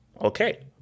okay